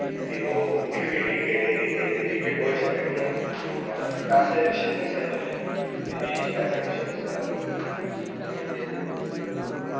कि ओह् दिखगे दिखगे नेईं दिखगे नेईं दिखगे कोई चक्कर निं ऐ पैसे दे पिच्छें नस्सा दी दुनियां एह् देश पैसै पिच्छें नस्सा दा हून तो